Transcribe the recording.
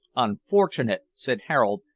unfortunate! said harold,